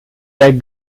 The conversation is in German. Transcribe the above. der